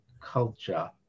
culture